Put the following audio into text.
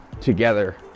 together